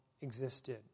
existed